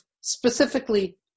specifically